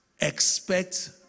Expect